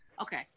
Okay